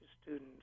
students